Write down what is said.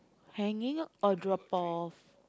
hanging or drop off